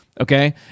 okay